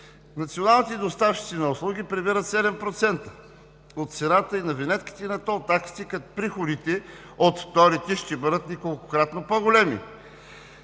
Националните доставчици на услуги прибират 7% от цената и на винетките, и на тол таксите, като приходите от вторите ще бъдат неколкократно по-големи.